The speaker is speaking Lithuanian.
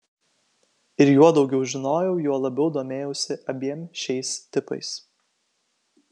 ir juo daugiau žinojau juo labiau domėjausi abiem šiais tipais